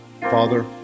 Father